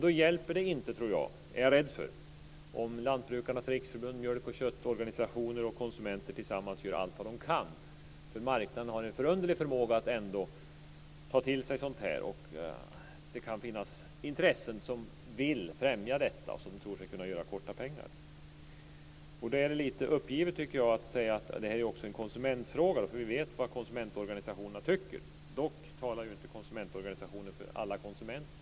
Då hjälper det inte, är jag rädd för, om Lantbrukarnas riksförbund, mjölk och köttorganisationer och konsumenter tillsammans gör allt de kan. Marknaden har en förunderlig förmåga att ändå ta till sig sådant här. Det kan finnas intressen som vill främja detta och som tror sig kunna göra snabba pengar. Då är det lite uppgivet, tycker jag, att säga att det här också är en konsumentfråga, därför att vi vet vad konsumentorganisationerna tycker. Dock talar ju inte konsumentorganisationerna för alla konsumenter.